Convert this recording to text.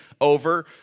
over